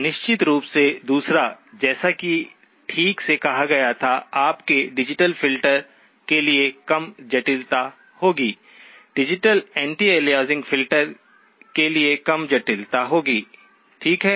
निश्चित रूप से दूसरा जैसा कि ठीक से कहा गया था आपके डिजिटल फ़िल्टर के लिए कम जटिलता होगी डिजिटल एंटी अलियासिंग फ़िल्टर के लिए कम जटिलता होगी ठीक है